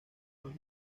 los